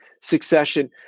succession